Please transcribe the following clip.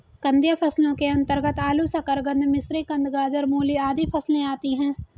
कंदीय फसलों के अंतर्गत आलू, शकरकंद, मिश्रीकंद, गाजर, मूली आदि फसलें आती हैं